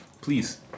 Please